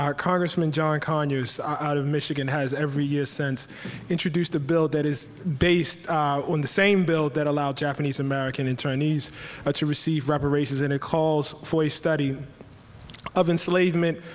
congressman john conyers out of michigan has every year since introduced a bill that is based on the same bill that allowed japanese american and chinese ah to receive reparations. and it calls for a study of enslavement,